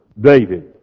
David